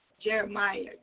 Jeremiah